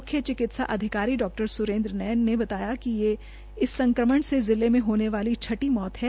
मुख्य चिकित्सा अधिकारी डॉ सुरेन्द्र नयन ने बताया कि ये इन संक्रमण से जिले मे होने वाली छठी मौत है